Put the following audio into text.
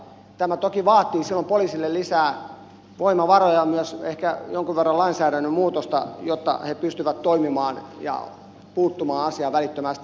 tämä toki vaatii silloin poliisille lisää voimavaroja myös ehkä jonkun verran lainsäädännön muutosta jotta he pystyvät toimimaan ja puuttumaan asiaan välittömästi